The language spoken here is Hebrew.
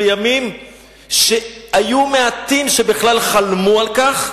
בימים שהיו מעטים שחלמו על כך,